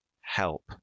help